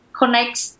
connect